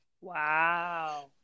Wow